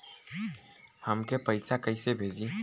हमके पैसा कइसे भेजी?